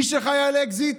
מי שחי על אקזיט,